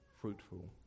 fruitful